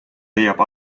leiab